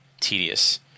tedious